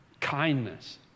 kindness